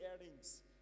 earrings